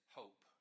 hope